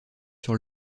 sur